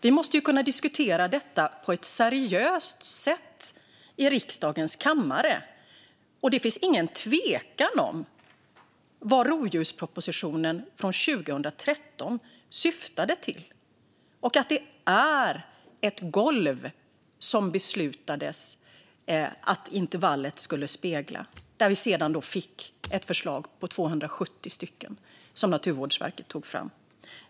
Vi måste kunna debattera detta på ett seriöst sätt i riksdagens kammare. Det råder ingen tvekan om vad rovdjurspropositionen från 2013 syftade till och att det är ett golv man beslutade att intervallet skulle spegla. Där fick vi sedan ett förslag om 270 vargar, som Naturvårdsverket tog fram.